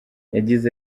yagize